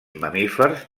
mamífers